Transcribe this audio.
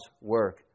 work